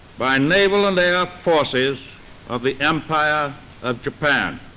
by naval and air forces of the empire of japan.